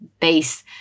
base